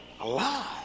alive